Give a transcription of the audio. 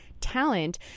talent